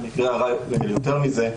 ובמקרה הרע ליותר מזה,